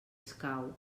escau